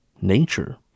nature